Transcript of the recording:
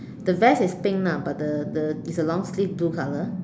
the vest is pink lah but the the it's a long sleeve blue color